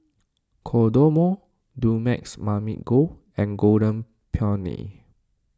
Kodomo Dumex Mamil Gold and Golden Peony